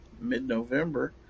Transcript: mid-November